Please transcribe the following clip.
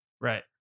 Right